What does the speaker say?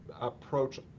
approach